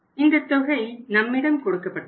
இந்தத் தொகை நம்மிடம் கொடுக்கப்பட்டுள்ளது